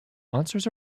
monsters